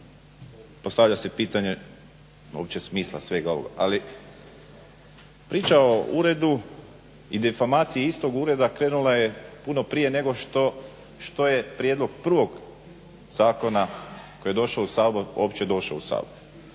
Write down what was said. postavlja se pitanje uopće smisla svega ovoga. Ali priča o uredu i … istog ureda krenula je puno prije nego što je prijedlog prvog zakona koji je došao u Sabor uopće došao u Sabor.